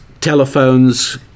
telephones